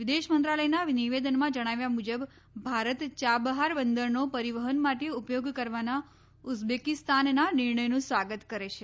વિદેશ મંત્રાલયના નિવેદનમાં જણાવ્યા મુજબ ભારત ચાબહાર બંદરનો પરિવહન માટે ઉપયોગ કરવાના ઉઝબેકિસ્તાનના નિર્ણયનું સ્વાગત કરે છે